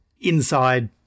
inside